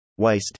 Weist